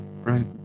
right